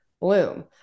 bloom